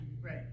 right